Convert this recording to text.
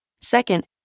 Second